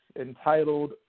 entitled